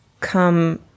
come